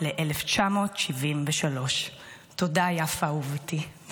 ל-1973, תודה, יפה אהובתי.